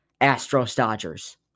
Astros-Dodgers